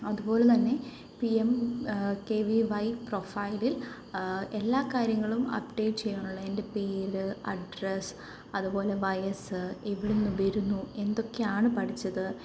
അതുപോലെ തന്നെ P M K V Y പ്രൊഫൈലിൽ എല്ലാ കാര്യങ്ങളും അപ്ഡേറ്റ് ചെയ്യാനുള്ള എന്റെ പേര് അഡ്രസ് അതുപോലെ വയസ്സ് എവിടുന്നു വരുന്നു എന്തൊക്കെയാണ് പഠിച്ചത്